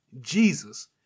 Jesus